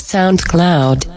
SoundCloud